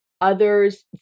Others